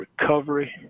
recovery